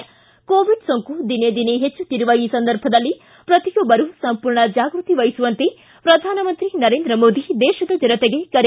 ಿ ಕೋವಿಡ್ ಸೋಂಕು ದಿನೇ ದಿನೇ ಹೆಚ್ಚುತ್ತಿರುವ ಈ ಸಂದರ್ಭದಲ್ಲಿ ಪ್ರತಿಯೊಬ್ಬರು ಸಂಪೂರ್ಣ ಜಾಗೃತೆವಹಿಸುವಂತೆ ಪ್ರಧಾನಮಂತ್ರಿ ನರೇಂದ್ರ ಮೋದಿ ದೇಶದ ಜನತೆಗೆ ಕರೆ